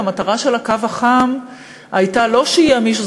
המטרה של הקו החם הייתה לא שיהיה מישהו,